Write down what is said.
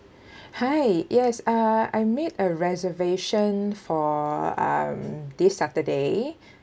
hi yes uh I made a reservation for um this saturday